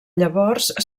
llavors